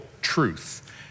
truth